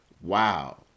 Wow